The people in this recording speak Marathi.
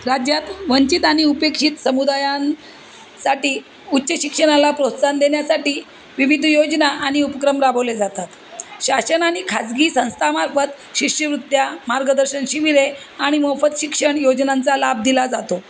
राज्यात वंचित आणि उपेक्षित समुदायांसाटी उच्चशिक्षणाला प्रोत्साहन देण्यासाठी विविध योजना आणि उपक्रम राबवले जातात शासन आणि खाजगी संस्थामार्फत शिष्यवृत्त्या मार्गदर्शन शिबिरे आणि मोफत शिक्षण योजनांचा लाभ दिला जातो